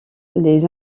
les